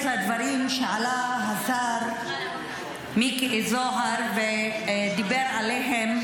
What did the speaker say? לדברים שעלה השר מיקי זוהר ודיבר עליהם,